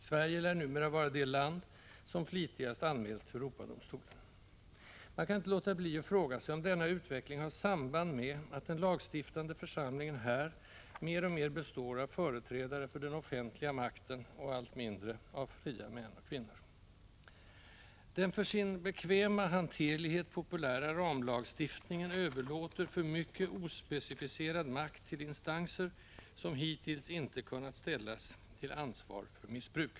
Sverige lär numera vara det land som flitigast anmäls till Europadomstolen. Man kan inte låta bli att fråga sig om denna utveckling har samband med att den lagstiftande församlingen här mer och mer består av företrädare för den offentliga makten och allt mindre av fria män och kvinnor. Den för sin bekväma hanterlighet populära ”ramlagstiftningen” överlåter för mycket ospecificerad makt till instanser, som hittills inte kunnat ställas till ansvar för missbruk.